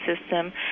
system